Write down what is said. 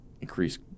increase